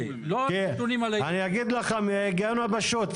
אני אגיד לך מההיגיון הפשוט,